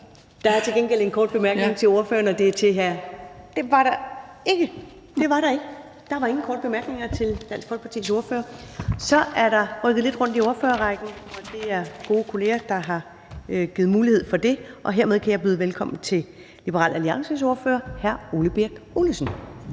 Der er til gengæld en kort bemærkning til ordføreren. Nej, det var der ikke; det var der ikke. Der var ikke nogen korte bemærkninger til Dansk Folkepartis ordfører. Så er der rykket lidt rundt i ordførerrækken, og det er gode kolleger, der har givet mulighed for det, og hermed kan jeg byde velkommen til Liberal Alliances ordfører, hr. Ole Birk Olesen.